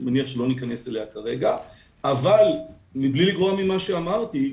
שאני מניח שלא ניכנס אליה כרגע; אבל מבלי לגרוע ממה שאמרתי,